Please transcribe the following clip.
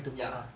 ya